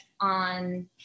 on